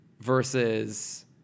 versus